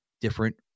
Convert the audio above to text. different